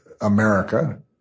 America